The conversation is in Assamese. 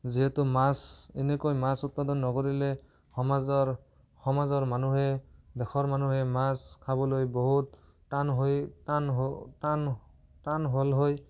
যিহেতু মাছ এনেকৈ মাছ উৎপাদন নকৰিলে সমাজৰ সমাজৰ মানুহে দেশৰ মানুহে মাছ খাবলৈ বহুত টান হৈ টান হ টান টান হ'ল হয়